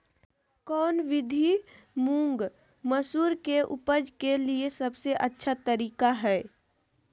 कौन विधि मुंग, मसूर के उपज के लिए सबसे अच्छा तरीका है?